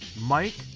Mike